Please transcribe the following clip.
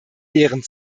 lehren